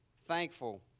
thankful